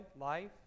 life